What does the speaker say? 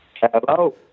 Hello